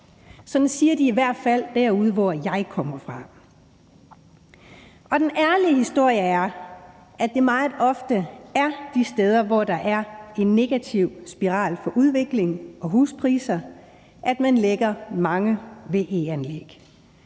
Sådan siger de i hvert fald der, hvor jeg kommer fra. Og den ærlige historie er, at det meget ofte er de steder, hvor der er en negativ spiral for udviklingen og huspriser, at man lægger mange VE-anlæg.